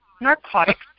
narcotics